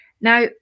Now